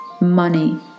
money